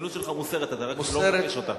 החסינות שלך מוסרת, אתה רק לא מבקש אותה.